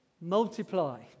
multiply